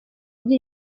agira